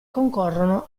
concorrono